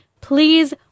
Please